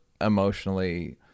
emotionally